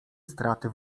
straty